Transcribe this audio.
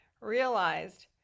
realized